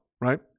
Right